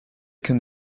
can